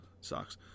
sucks